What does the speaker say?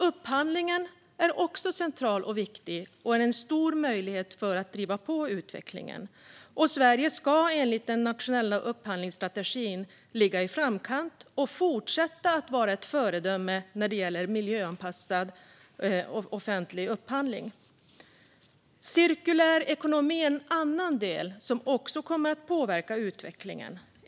Upphandlingen är också central och viktig och är en stor möjlighet när det gäller att driva på utvecklingen. Sverige ska enligt den nationella upphandlingsstrategin ligga i framkant och fortsätta att vara ett föredöme när det gäller miljöanpassad offentlig upphandling. Cirkulär ekonomi är en annan del som också kommer att påverka utvecklingen.